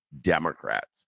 Democrats